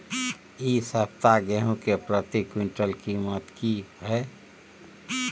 इ सप्ताह गेहूं के प्रति क्विंटल कीमत की हय?